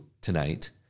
tonight